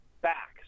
back